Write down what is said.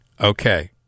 Okay